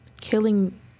killing